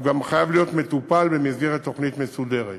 הוא גם חייב להיות מטופל במסגרת תוכנית מסודרת.